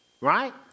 Right